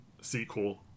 sequel